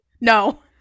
No